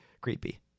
creepy